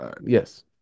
Yes